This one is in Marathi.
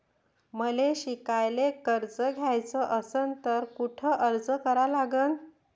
मले शिकायले कर्ज घ्याच असन तर कुठ अर्ज करा लागन?